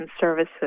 services